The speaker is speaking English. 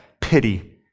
pity